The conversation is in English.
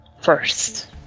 First